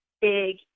big